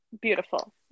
Beautiful